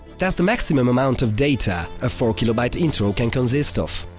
that's the maximum amount of data a four kilobyte intro can consist of.